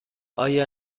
آیا